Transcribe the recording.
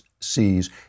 sees